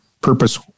purpose